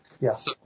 Yes